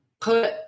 put